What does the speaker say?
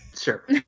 Sure